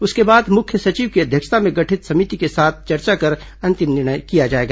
उसके बाद मुख्य सचिव की अध्यक्षता में गठित समिति के साथ चर्चा कर अंतिम निर्णय लिया जाएगा